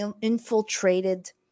infiltrated